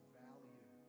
value